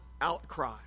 outcry